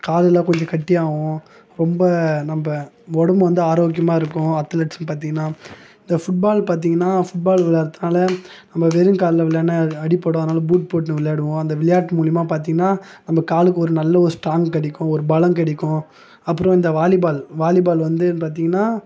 காலெலாம் கொஞ்சம் கெட்டியாகவும் ரொம்ப நம்ம உடம்பு வந்து ஆரோக்கியமாக இருக்கும் அத்தலெட்ஸ்ணு பார்த்திங்கனா இந்த ஃபுட்பால் பார்த்திங்கனா ஃபுட்பால் விளையாடுறதுனால நம்ம வெறுங்கால்ல விளையாண்டால் அடிபடும் அதனால் பூட் போட்ணு விளையாடுவோம் அந்த விளையாட்டு மூலயமா பார்த்தினா நம்ம காலுக்கு ஒரு நல்ல ஒரு ஸ்ட்ராங்கு கிடைக்கும் ஒரு பலம் கிடைக்கும் அப்புறம் இந்த வாலிபால் வாலிபால் வந்து பார்த்திங்கனா